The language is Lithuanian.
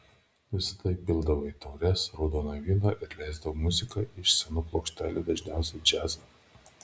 visada įpildavo į taures raudonojo vyno ir leisdavo muziką iš senų plokštelių dažniausiai džiazą